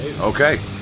Okay